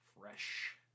Fresh